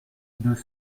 deux